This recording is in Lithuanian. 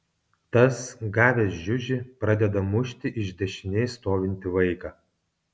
tas gavęs žiužį pradeda mušti iš dešinės stovintį vaiką